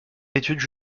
études